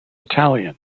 italian